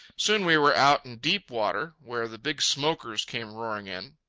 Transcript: soon we were out in deep water where the big smokers came roaring in.